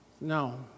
No